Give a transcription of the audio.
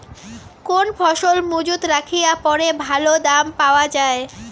কোন ফসল মুজুত রাখিয়া পরে ভালো দাম পাওয়া যায়?